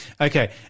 Okay